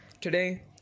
Today